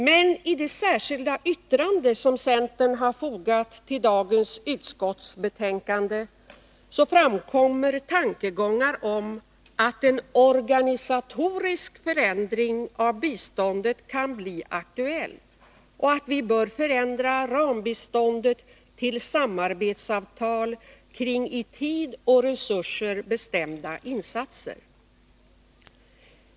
Men i det särskilda yttrande om riktlinjerna för det bilaterala utvecklingssamarbetet som centern fogat till detta utskottsbetänkande framkommer tankegångar om att en ”organisatorisk förändring av bistån det” kan bli aktuell och att vi bör förändra rambiståndet till ”Samarbetsavtal kring i tid och resurser bestämda insatser”.